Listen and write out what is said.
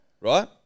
Right